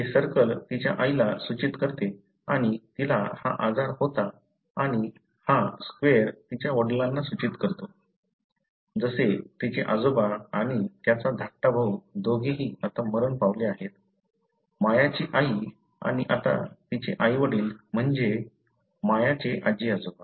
हे सर्कल तिच्या आईला सूचित करते आणि तिला हा आजार होता आणि हा स्क्वेर तिच्या वडिलांना सूचित करतो जसे तिचे आजोबा आणि त्याचा धाकटा भाऊ दोघेही आता मरण पावले आहेत मायाची आई आणि आता तिचे आई वडील म्हणजे मायाचे आजी आजोबा